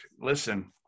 listen